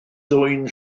ddwyn